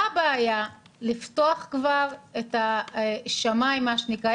מה הבעיה לפתוח כבר את השמים מה שנקרא?